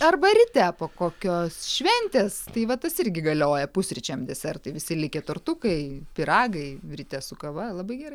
arba ryte po kokios šventės tai va tas irgi galioja pusryčiam desertai visi likę tortukai pyragai ryte su kava labai gerai